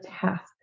task